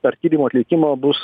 ar tyrimų atlikimo bus